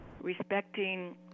respecting